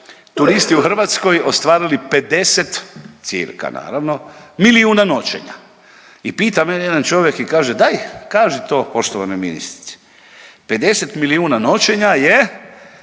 turisti u Hrvatskoj ostvarili 50 cirka naravno milijuna noćenja i pita mene jedan čovjek i kaže daj kaži to poštovanoj ministrici. 50 milijuna noćenja je